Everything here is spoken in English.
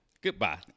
Goodbye